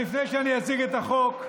אבל לפני שאציג את החוק,